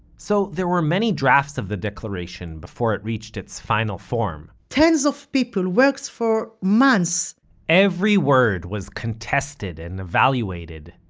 so there were many drafts of the declaration, before it reached its final form tens of people, worked for months every word was contested and evaluated.